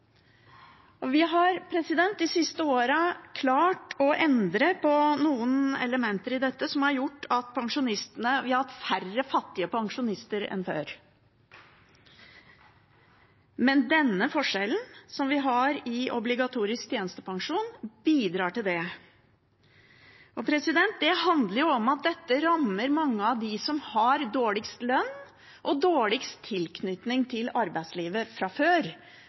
og om man ønsker seg mindre forskjeller i virkeligheten, eller om det bare er fine talemåter. Spørsmålet er: Skal vi fortsette å ha en lov som systematisk skaper økte forskjeller mellom pensjonistene? For det har vi nå. Vi har de siste årene klart å endre på noen elementer i dette, som har gjort at vi har hatt færre fattige pensjonister enn før, men den forskjellen som vi har i obligatorisk tjenestepensjon, bidrar